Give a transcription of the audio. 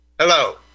Hello